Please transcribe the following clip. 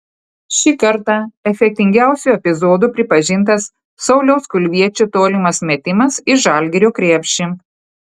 šį kartą efektingiausiu epizodu pripažintas sauliaus kulviečio tolimas metimas į žalgirio krepšį